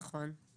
נכון.